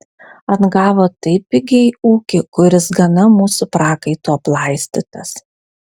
atgavo taip pigiai ūkį kuris gana mūsų prakaitu aplaistytas